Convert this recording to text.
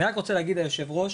אני רק רוצה להגיד ליושב ראש,